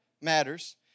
matters